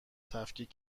تفکیک